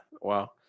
wow